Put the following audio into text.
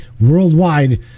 worldwide